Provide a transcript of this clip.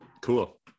Cool